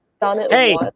Hey